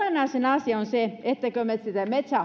nyt olennaisin asia on se että kun me sitä metsää